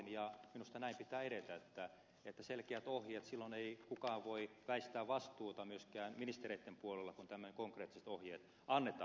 minusta näin pitää edetä että on selkeät ohjeet silloin ei kukaan voi väistää vastuuta myöskään ministereitten puolella kun tämmöiset konkreettiset ohjeet annetaan